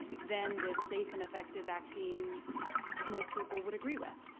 then the safe and effective vaccine most people would agree with.